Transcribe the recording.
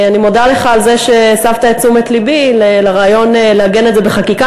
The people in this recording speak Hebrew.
אני מודה לך על זה שהסבת את תשומת לבי לרעיון לעגן את זה בחקיקה,